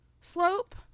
slope